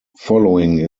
following